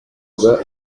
سوداء